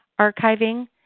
archiving